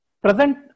Present